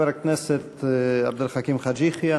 חבר הכנסת עבד אל חכים חאג' יחיא,